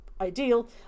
ideal